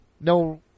no